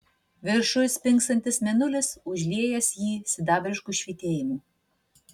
viršuj spingsantis mėnulis užliejęs jį sidabrišku švytėjimu